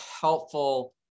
helpful